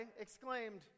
exclaimed